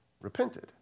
repented